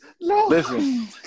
Listen